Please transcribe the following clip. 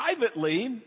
privately